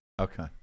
Okay